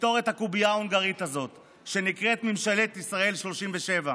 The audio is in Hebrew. לפתור את הקובייה ההונגרית הזאת שנקראת ממשלת ישראל השלושים-ושבע